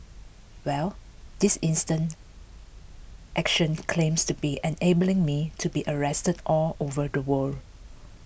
well this instant action claims to be enabling me to be arrested all over the world